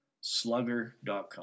slugger.com